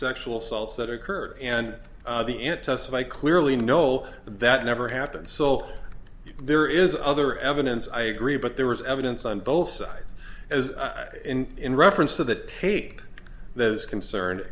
sexual assaults that occurred and the aunt testify clearly no that never happened so there is other evidence i agree but there was evidence on both sides as in in reference to that tape that is concerned